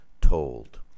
told